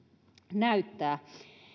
näyttää